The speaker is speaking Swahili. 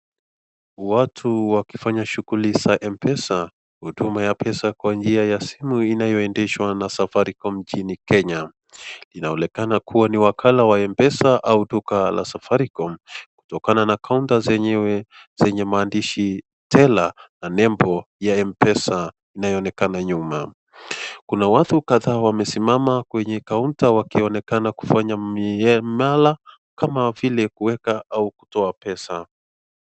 Watu wakifanya shughuli za M-Pesa, huduma ya pesa kwa njia ya simu inayoendeshwa na Safaricom mjini Kenya. Inaonekana kuwa ni wakala wa M-Pesa au duka la Safaricom kutokana na kaunta zenyewe zenye maandishi Teller na nembo ya M-Pesa inayoonekana nyuma. Kuna watu kadhaa wamesimama kwenye kaunta wakionekana kufanya miamala kama vile kuweka au kutoa pesa.